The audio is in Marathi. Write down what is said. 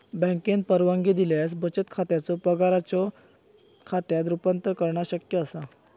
बँकेन परवानगी दिल्यास बचत खात्याचो पगाराच्यो खात्यात रूपांतर करणा शक्य असा